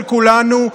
של כולנו,